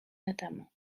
notamment